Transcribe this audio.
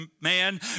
man